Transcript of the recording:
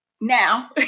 now